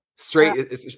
Straight